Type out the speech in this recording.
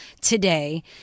today